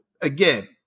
Again